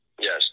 Yes